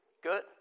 Good